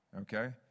Okay